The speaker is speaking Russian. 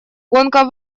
гонка